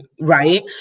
right